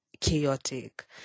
chaotic